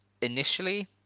initially